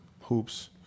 hoops